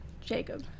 Jacob